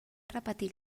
repetir